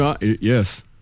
Yes